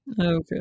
Okay